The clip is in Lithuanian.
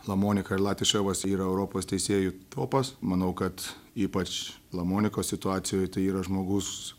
lamonika ir latiševas yra europos teisėjų topas manau kad ypač lamonikos situacijoj tai yra žmogus